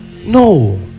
No